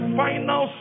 final